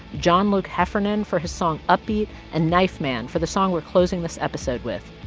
john luc heffernan for his song upbeat and knifeman for the song we're closing this episode with,